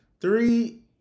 Three